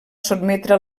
sotmetre